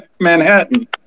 Manhattan